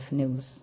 news